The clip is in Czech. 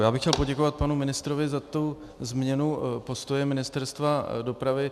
Já bych chtěl poděkovat panu ministrovi za změnu postoje Ministerstva dopravy.